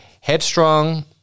headstrong